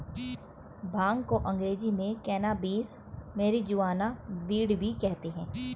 भांग को अंग्रेज़ी में कैनाबीस, मैरिजुआना, वीड भी कहते हैं